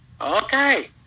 Okay